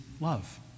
love